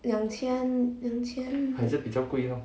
两千两千